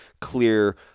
Clear